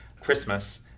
Christmas